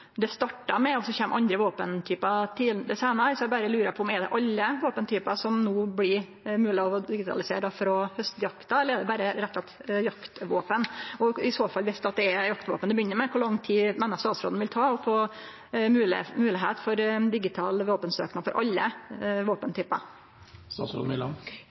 det startar med, og så kjem andre våpentypar seinare. Eg berre lurer på: Er det alle våpentypar som det no blir mogleg å digitalisere frå haustjakta, eller er det berre jaktvåpen? I fall det er jaktvåpen til å begynne med, kor lang tid meiner statsråden det vil ta å få moglegheit for digital våpensøknad for alle